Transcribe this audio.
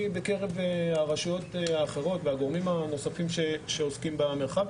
בקרב הרשויות האחרות והגורמים הנוספים שעוסקים במרחב.